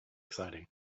exciting